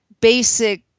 basic